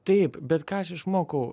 taip bet ką aš išmokau